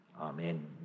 amen